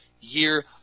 year